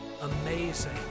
amazing